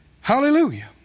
Hallelujah